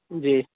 جی